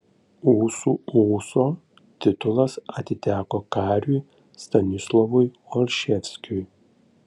ūsų ūso titulas atiteko kariui stanislovui olševskiui